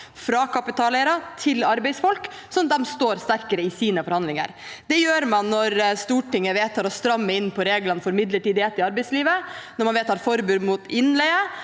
fra kapitaleiere til arbeidsfolk, sånn at de står sterkere i sine forhandlinger. Det gjør man når Stortinget vedtar å stramme inn på reglene for midlertidighet i arbeidslivet, når man vedtar forbud mot innleie,